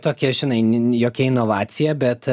tokie žinai ne jokia inovacija bet